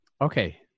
Okay